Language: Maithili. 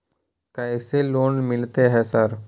कैसे लोन मिलते है सर?